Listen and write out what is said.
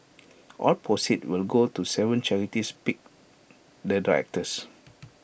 all proceeds will go to Seven charities picked the directors